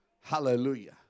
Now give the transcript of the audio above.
Hallelujah